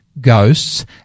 ghosts